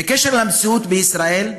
בקשר למציאות בישראל,